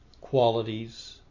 qualities